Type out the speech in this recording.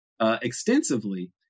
extensively